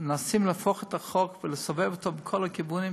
מנסים להפוך את החוק ולסובב אותו בכל הכיוונים,